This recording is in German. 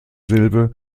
silbe